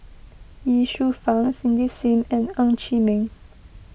Ye Shufang Cindy Sim and Ng Chee Meng